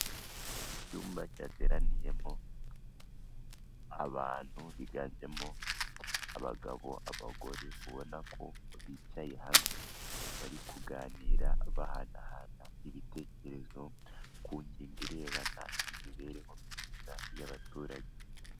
Icyumba cyateraniyemo abantu biganjemo abagabo, abagore ubona ko bicaye hamwe bari kuganira bahanahana ibitekerezo ku ngingo irebana n'imibereho myiza y'abaturage.